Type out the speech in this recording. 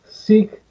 Seek